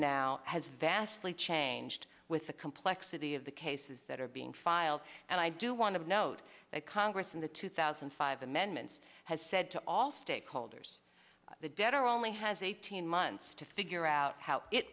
now has vastly changed with the complexity of the cases that are being filed and i do want to note that congress in the two thousand and five amendments has said to all stakeholders the debtor only has eighteen months to figure out how it